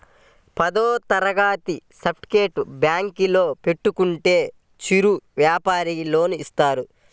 పదవ తరగతి సర్టిఫికేట్ బ్యాంకులో పెట్టుకుంటే చిరు వ్యాపారంకి లోన్ ఇస్తారా?